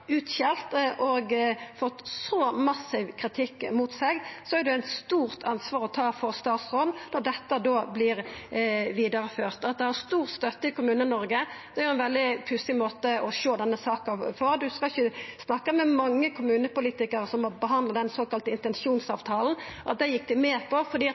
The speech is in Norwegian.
utskjelt og har fått så massiv kritikk mot seg, er det eit stort ansvar å ta for statsråden når dette vert ført vidare. At det har stor støtte i Kommune-Noreg, er ein veldig pussig måte å sjå denne saka på. Ein skal ikkje snakka med mange kommunepolitikarar som har behandla den såkalla intensjonsavtalen: Dette gjekk dei med på fordi